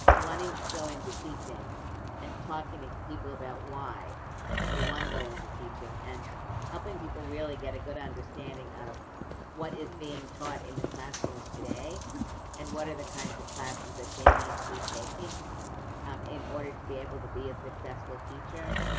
wanting to go into teaching and talking to people about why they want to go into teaching and helping people really get a good understanding of what is being taught in the classrooms today and what are the kinds of classes that they need to be taking in order to be able to be a successful teacher,